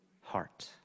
heart